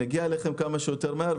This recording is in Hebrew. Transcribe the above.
נגיע אליכם כמה שיותר מהר,